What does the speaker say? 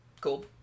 Cool